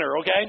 okay